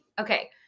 Okay